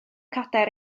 cadair